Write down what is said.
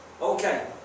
Okay